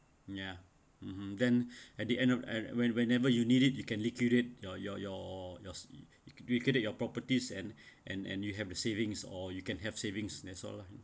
ya (uh huh) then at the end of th~ when whenever you need it you can liquidate your your your yours you can liquidate your properties and and and you have the savings or you can have savings that's all lah you know